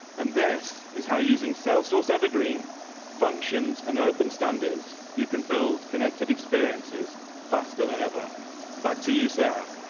and this is how using cell source, evergreen functions and open standards you can build connected experiences faster than ever back to you, sarah.